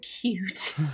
cute